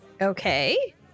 Okay